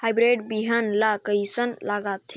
Hybrid बिहान ला कइसन लगाथे?